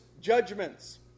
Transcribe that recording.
judgments